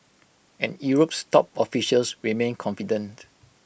and Europe's top officials remain confident